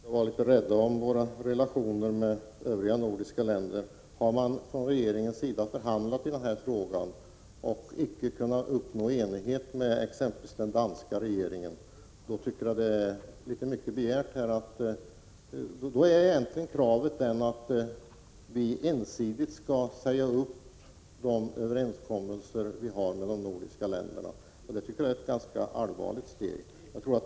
Fru talman! Vi skall vara rädda om våra relationer med övriga nordiska länder. Regeringen har i denna fråga förhandlat med övriga nordiska länder men inte kunnat komma överens med den danska regeringen. Då ställs kravet att vi ensidigt skall säga upp våra överenskommelser med de övriga nordiska länderna. Det tycker jag vore ett allvarligt steg att ta.